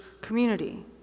community